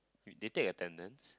we they take attendance